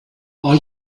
are